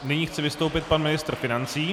Nyní chce vystoupit pan ministr financí.